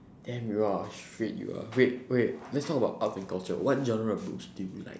damn you are a freak you are wait wait let's talk about arts and culture what genre of books did you like